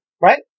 Right